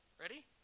ready